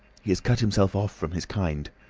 he has cut himself off from his kind.